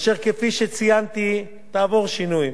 אשר, כפי שציינתי, תעבור שינויים.